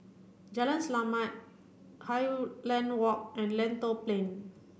Jalan Selamat Highland Walk and Lentor Plain